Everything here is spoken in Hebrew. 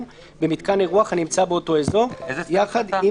במיתקן אירוח הנמצא באותו אזור יחד עם